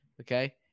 okay